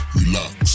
relax